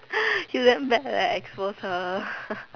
you damn bad leh expose her